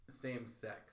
same-sex